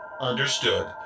Understood